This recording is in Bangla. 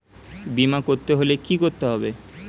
বিমা করতে হলে কি করতে হবে?